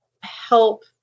help